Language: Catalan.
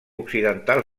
occidental